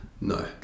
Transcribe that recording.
No